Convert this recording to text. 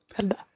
verdad